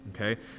okay